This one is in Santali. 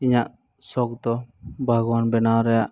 ᱤᱧᱟᱹᱜ ᱥᱚᱠᱷ ᱫᱚ ᱵᱟᱜᱽᱣᱟᱱ ᱵᱮᱱᱟᱣ ᱨᱮᱭᱟᱜ